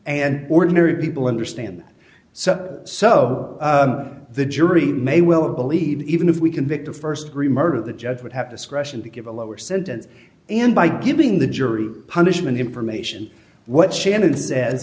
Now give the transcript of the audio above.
and ordinary people understand so so the jury may well believe even if we convict a st degree murder the judge would have to scrushy to give a lower sentence and by giving the jury punishment information what shannon says